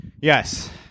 yes